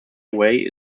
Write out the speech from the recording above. away